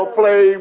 play